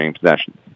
possession